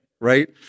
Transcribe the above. right